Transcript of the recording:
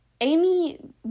Amy